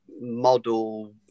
model